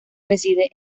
reside